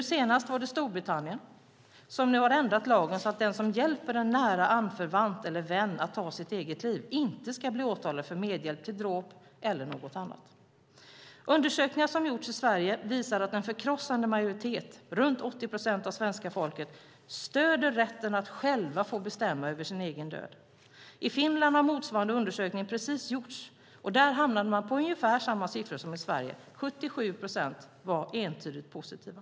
Senast var det Storbritannien, som nu har ändrat lagen så att den som hjälper en nära anförvant eller vän att ta sitt eget liv inte ska bli åtalad för medhjälp till dråp eller annat. Undersökningar som gjorts i Sverige visar att en förkrossande majoritet, runt 80 procent av svenska folket, stöder rätten att själv få bestämma över sin egen död. I Finland har motsvarande undersökning precis gjorts, och där hamnade man på ungefär samma siffror som i Sverige, nämligen att 77 procent var entydigt positiva.